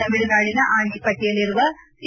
ತಮಿಳುನಾಡಿನ ಆಂಡಿಪಟ್ಟಿಯಲ್ಲಿರುವ ಟಿ